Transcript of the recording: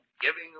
giving